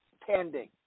pending